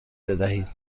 بدهید